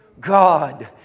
God